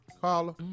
Carla